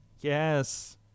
Yes